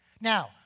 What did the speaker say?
Now